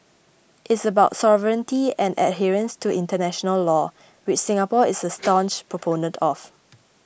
it's about sovereignty and adherence to international law which Singapore is a staunch proponent of